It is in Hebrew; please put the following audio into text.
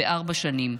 בארבע שנים.